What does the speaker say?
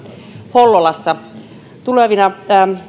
hollolassa tulevina